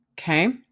okay